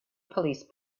police